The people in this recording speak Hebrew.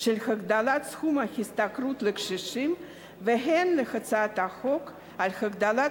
של הגדלת סכום ההשתכרות לקשישים והן להצעת החוק על הגדלת